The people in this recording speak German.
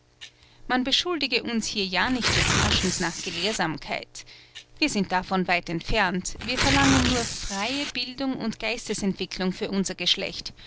man beschuldige uns hier ja nicht des haschens nach gelehrsamkeit wir sind davon weit entfernt wir verlangen nur freie bildung und geistesentwicklung für unser geschlecht